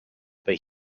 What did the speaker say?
but